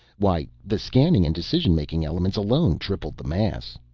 why, the scanning and decision-making elements alone tripled the mass.